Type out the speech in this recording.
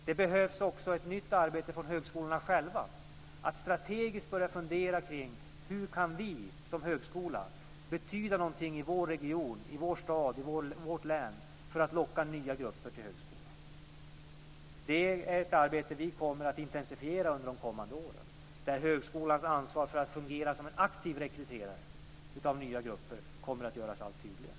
Det behövs också ett nytt arbete från högskolorna själva när det gäller att strategiskt börja fundera kring hur högskolan kan betyda något i sin region, i sin stad och i sitt län för att locka nya grupper till högskolan. Det är ett arbete vi kommer att intensifiera under de kommande åren, där högskolans ansvar för att fungera som en aktiv rekryterare av nya grupper kommer att göras allt tydligare.